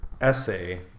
essay